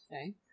okay